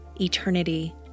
eternity